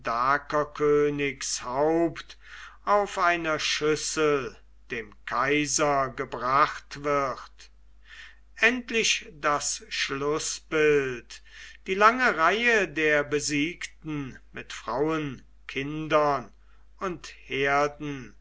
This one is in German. haupt auf einer schüssel dem kaiser gebracht wird endlich das schlußbild die lange reihe der besiegten mit frauen kindern und herden